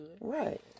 Right